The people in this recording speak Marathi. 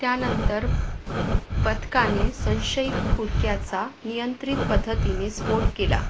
त्यानंतर पथकाने संशयित पुडक्याचा नियंत्रित पद्धतीने स्फोट केला